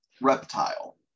Reptile